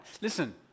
Listen